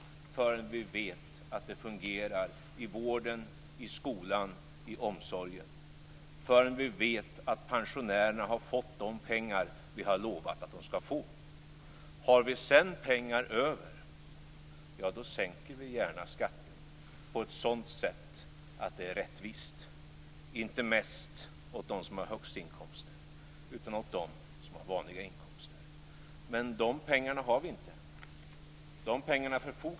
Det skall inte bli mest åt dem som har högst inkomster utan åt dem som har vanliga inkomster. Men vi har inte de pengarna.